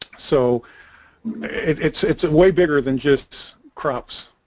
so it's it's a way bigger than just crops